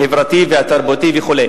החברתי והתרבותי וכו'.